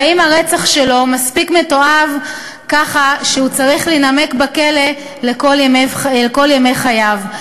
והאם הרצח שלו מספיק מתועב ככה שהוא צריך להינמק בכלא כל ימי חייו.